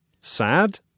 sad